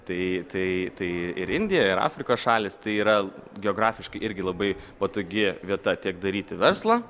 tai tai tai ir indija ir afrikos šalys tai yra geografiškai irgi labai patogi vieta tiek daryti verslą